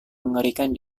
mengerikan